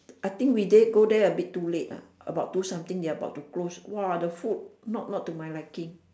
I think we there go there a bit too late ah about two something they are about to close !wah! the food not not to my liking